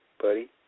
buddy